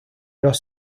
los